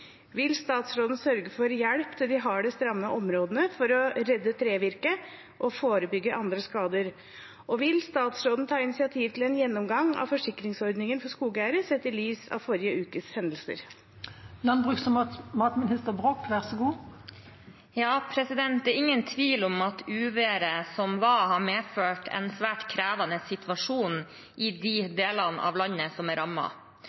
Vil statsråden sørge for hjelp til de hardest rammede områdene for å redde trevirket og forebygge andre skader, og vil statsråden ta initiativ til en gjennomgang av forsikringsordningen for skogeiere sett i lys av forrige ukes hendelser?» Det er ingen tvil om at uværet som var, har medført en svært krevende situasjon i de delene av landet som er